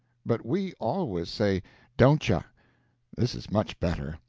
but we always say dontchu. this is much better.